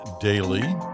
Daily